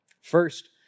First